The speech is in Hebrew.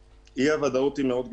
ואי הוודאות היא מאוד גדולה.